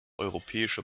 europäische